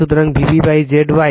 সুতরাং V P Z Y